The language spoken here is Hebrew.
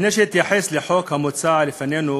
לפני שאתייחס לחוק המוצע לפנינו